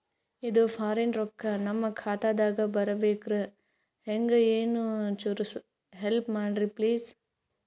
ಇದು ಫಾರಿನ ರೊಕ್ಕ ನಮ್ಮ ಖಾತಾ ದಾಗ ಬರಬೆಕ್ರ, ಹೆಂಗ ಏನು ಚುರು ಹೆಲ್ಪ ಮಾಡ್ರಿ ಪ್ಲಿಸ?